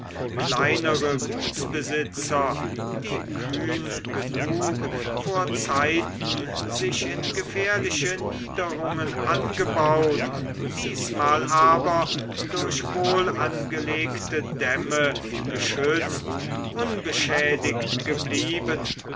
kleinere gutsbesitzer die kühn genug vor zeiten sich in gefährliche niederungen angebaut diesmal aber durch wohlangelegte dämme geschützt unbeschädigt geblieben